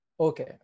Okay